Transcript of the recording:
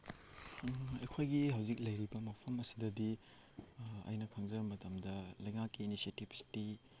ꯑꯩꯈꯣꯏꯒꯤ ꯍꯧꯖꯤꯛ ꯂꯩꯔꯤꯕ ꯃꯐꯝ ꯑꯁꯤꯗꯗꯤ ꯑꯩꯅ ꯈꯪꯖ ꯃꯇꯝꯗ ꯂꯩꯉꯥꯛꯀꯤ ꯏꯅꯤꯁ꯭ꯌꯦꯇꯤꯞꯁꯇꯤ